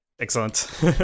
excellent